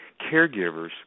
caregivers